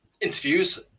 interviews